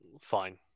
Fine